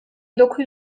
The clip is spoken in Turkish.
dokuz